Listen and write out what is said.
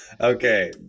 Okay